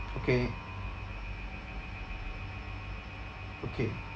okay okay